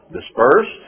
dispersed